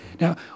Now